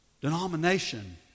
denomination